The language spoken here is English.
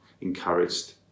encouraged